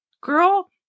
girl